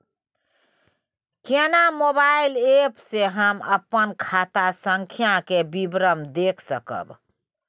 केना mobile app से हम अपन खाता संख्या के विवरण देख सकब?